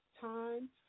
time